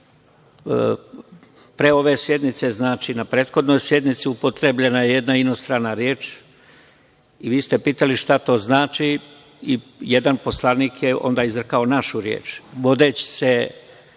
pre ove sednice, znači na prethodnoj sednici upotrebljena je jedna inostrana reč i vi ste pitali šta to znači. Jedan poslanik je rekao našu reč,